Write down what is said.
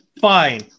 fine